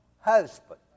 husband